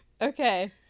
okay